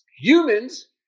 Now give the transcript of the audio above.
humans